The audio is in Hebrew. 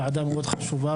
ועדה מאוד חשובה,